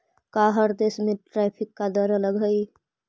का हर देश में टैरिफ का दर अलग हई